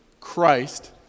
christ